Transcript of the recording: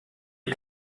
ihr